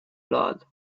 blood